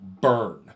burn